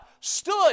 stood